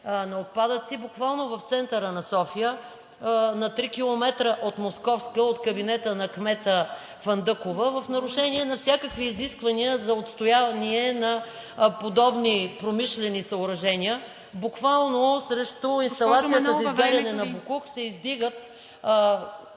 на отпадъци буквално в центъра на София, на 3 км от ул. „Московска“ – от кабинета на кмета Фандъкова, в нарушение на всякакви изисквания за отстояние на подобни промишлени съоръжения. Буквално срещу инсталацията за изгаряне на боклук се издигат...